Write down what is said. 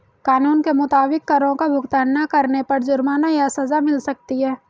कानून के मुताबिक, करो का भुगतान ना करने पर जुर्माना या सज़ा मिल सकती है